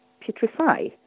putrefy